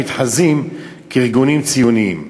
המתחזים כארגונים ציוניים.